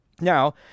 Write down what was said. Now